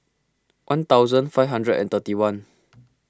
one thousand five hundred and thirty one